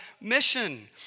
mission